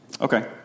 Okay